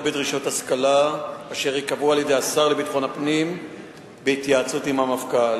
בדרישות השכלה אשר ייקבעו על-ידי השר לביטחון הפנים בהתייעצות עם המפכ"ל.